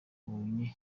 abonye